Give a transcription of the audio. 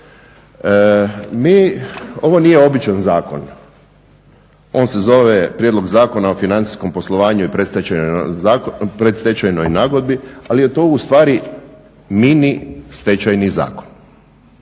Ovo nije običan zakon, on se zove Prijedlog zakona o financijskom poslovanju i predstečajnoj nagodbi, ali je to ustvari mini stečajni zakon.